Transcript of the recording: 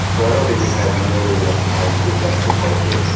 but i don't think it's had nearly enough time to affect the culture.